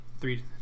three